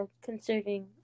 considering